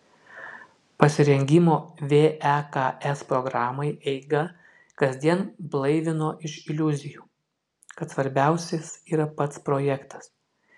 pasirengimo veks programai eiga kasdien blaivino iš iliuzijų kad svarbiausias yra pats projektas